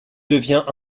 devient